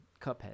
Cuphead